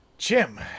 Jim